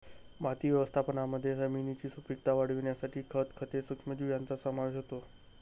माती व्यवस्थापनामध्ये जमिनीची सुपीकता वाढवण्यासाठी खत, खते, सूक्ष्मजीव यांचा समावेश होतो